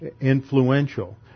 influential